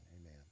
Amen